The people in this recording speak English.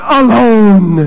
alone